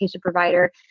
provider